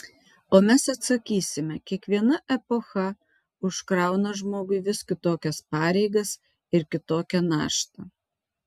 o mes atsakysime kiekviena epocha užkrauna žmogui vis kitokias pareigas ir kitokią naštą